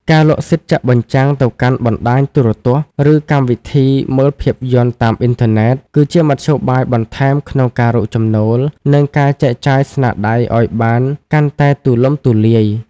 ការលក់សិទ្ធិចាក់បញ្ចាំងទៅកាន់បណ្ដាញទូរទស្សន៍ ឬកម្មវិធីមើលភាពយន្តតាមអ៊ីនធឺណិត គឺជាមធ្យោបាយបន្ថែមក្នុងការរកចំណូល និងការចែកចាយស្នាដៃឱ្យបានកាន់តែទូលំទូលាយ។